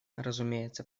разумеется